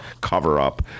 cover-up